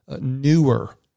newer